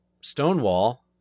Stonewall